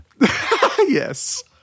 Yes